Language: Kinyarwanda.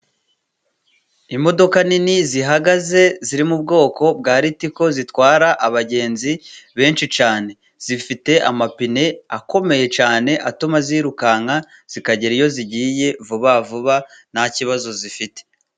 Imodoka nini zihagaze，ziri mu bwoko bwa ritigo zitwara abagenzi benshi cyane， zifite amapine akomeye cyane， atuma zirukanka zikagera iyo zigiye vuba vuba， nta kibazo zifite.